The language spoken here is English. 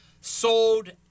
sold